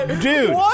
Dude